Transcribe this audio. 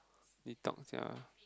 detox sia